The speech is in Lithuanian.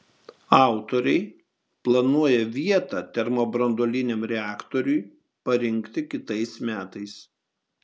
autoriai planuoja vietą termobranduoliniam reaktoriui parinkti kitais metais